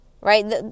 right